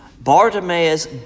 Bartimaeus